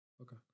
Okay